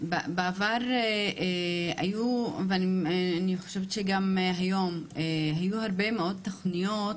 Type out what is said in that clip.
בעבר ואני חושבת שגם היום היו הרבה מאוד תוכניות